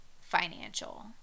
financial